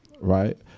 right